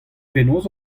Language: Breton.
penaos